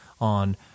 on